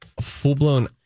full-blown